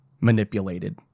manipulated